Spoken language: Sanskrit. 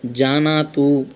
जानातु